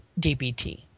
DBT